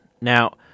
Now